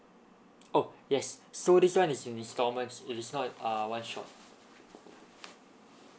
oh yes so this one is installments it is not uh one shot